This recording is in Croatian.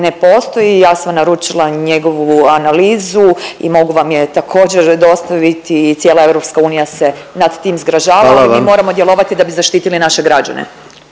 ne postoji. Ja sam naručila njegovu analizu i mogu vam je također dostaviti. Cijela EU se nad tim zgražava …/Upadica predsjednik: Hvala vam./… ali mi moramo djelovati da bi zaštitili naše građane.